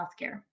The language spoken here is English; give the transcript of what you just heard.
healthcare